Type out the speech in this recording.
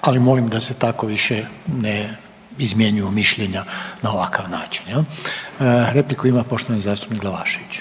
ali molim da se tako više ne izmjenjuju mišljenja na ovakav način. Repliku ima poštovani zastupnik Glavašević.